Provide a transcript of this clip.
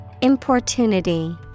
Importunity